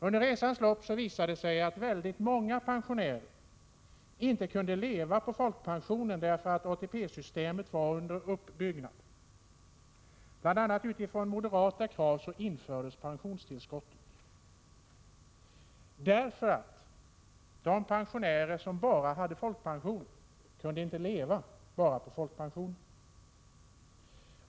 Under resans gång visade det sig emellertid att väldigt många pensionärer inte kunde leva på folkpensionen därför att ATP-systemet var under uppbyggnad. Bl. a. utifrån moderata krav infördes pensionstillskott därför att de pensionärer som bara hade folkpension inte kunde leva på bara folkpensionen.